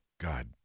God